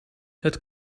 het